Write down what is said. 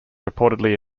reportedly